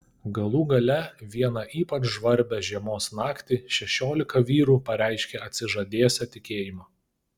galų gale vieną ypač žvarbią žiemos naktį šešiolika vyrų pareiškė atsižadėsią tikėjimo